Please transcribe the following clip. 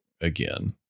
again